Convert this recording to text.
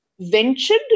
Ventured